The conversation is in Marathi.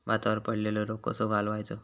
भातावर पडलेलो रोग कसो घालवायचो?